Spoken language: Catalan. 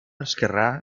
esquerrà